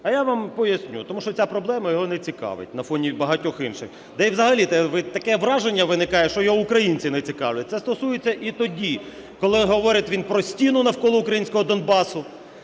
А я вам поясню. Тому що ця проблема його не цікавить на фоні багатьох інших. Та і взагалі таке враження виникає, що його українці не цікавлять. Це стосується і тоді, коли говорить він про стіну навколо українського Донбасу,